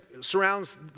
surrounds